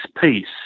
peace